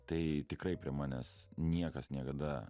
tai tikrai prie manęs niekas niekada